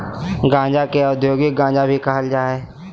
गांजा के औद्योगिक गांजा भी कहल जा हइ